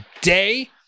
today